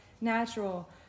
natural